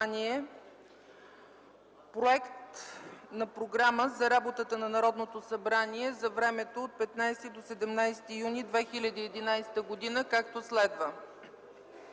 проект на Програма за работата на Народното събрание за времето от 15 до 17 юни 2011 г., както следва: